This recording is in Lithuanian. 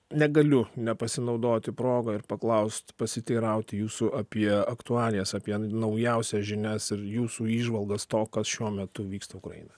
negaliu nepasinaudoti proga ir paklaust pasiteirauti jūsų apie aktualijas apie naujausias žinias ir jūsų įžvalgas to kas šiuo metu vyksta ukrainoj